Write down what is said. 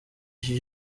iki